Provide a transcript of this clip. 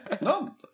No